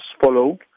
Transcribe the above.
follow